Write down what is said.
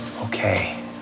Okay